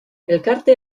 elkarte